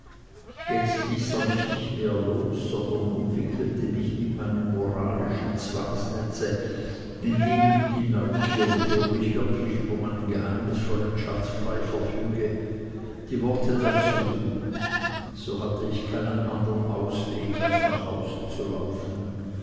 jetzt ließ er mich nicht mehr los sondern umwickelte mich mit einem moralischen zwangsnetze indem ihm die neugierde ob ich wirklich über meinen geheimnisvollen schatz frei verfüge die worte dazu lieh so hatte ich keinen andern ausweg als nach hause zu laufen